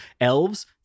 elves